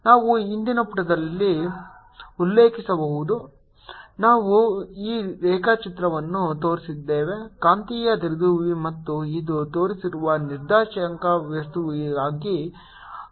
ನಾವು ಹಿಂದಿನ ಪುಟವನ್ನು ಉಲ್ಲೇಖಿಸಬಹುದು ಸಮಯವನ್ನು ನೋಡಿ 1603 ನಾವು ಈ ರೇಖಾಚಿತ್ರವನ್ನು ತೋರಿಸಿದ್ದೇವೆ ಕಾಂತೀಯ ದ್ವಿಧ್ರುವಿ ಮತ್ತು ಇದು ತೋರಿಸಿರುವ ನಿರ್ದೇಶಾಂಕ ವ್ಯವಸ್ಥೆಯಾಗಿದೆ